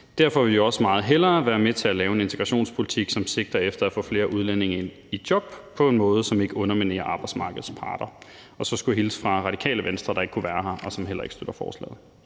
Derfor vil vi også meget hellere være med til at lave en integrationspolitik, som sigter efter at få flere udlændinge i job på en måde, som ikke underminerer arbejdsmarkedets parter. Så skulle jeg hilse fra Radikale Venstre, der ikke kan være her, og som heller ikke støtter forslaget.